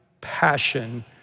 passion